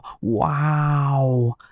wow